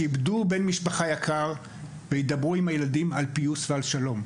שאיבדו בן משפחה יקר וידברו עם הילדים על פיוס ושלום.